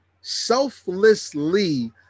selflessly